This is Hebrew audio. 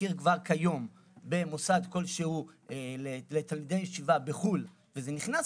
מכיר כבר כיום במוסד כלשהו לתלמידי ישיבה בחו"ל וזה נכנס,